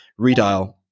redial